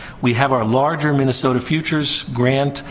we have our larger minnesota futures grant,